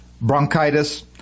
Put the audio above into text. bronchitis